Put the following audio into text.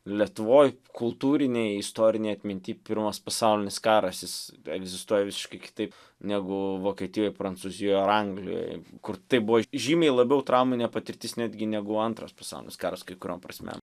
letuvoj kultūrinėj istorinėj atminty pirmas pasaulinis karas jis egzistuoja visiškai kitaip negu vokietijoj prancūzijoj ar anglijoj kur tai buvo žymiai labiau trauminė patirtis netgi negu antras pasaulinis karas kai kuriom prasmėm